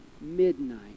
midnight